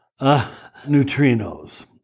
neutrinos